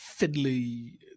fiddly